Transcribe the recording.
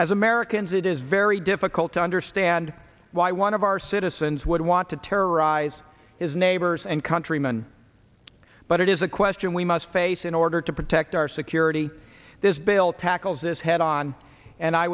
as americans it is very difficult to understand why one of our citizens would want to terrorize his neighbors and countrymen but it is a question we must face in order to protect our security this bill tackles this head on and i